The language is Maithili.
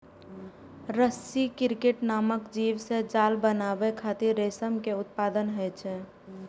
रसी क्रिकेट नामक जीव सं जाल बनाबै खातिर रेशम के उत्पादन होइ छै